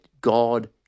God